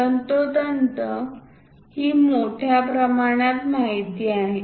तंतोतंत ही मोठ्या प्रमाणात माहिती आहे